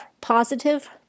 positive